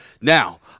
Now